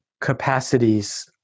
capacities